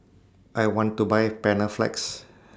I want to Buy Panaflex